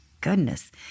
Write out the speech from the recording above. goodness